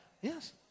yes